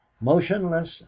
Motionless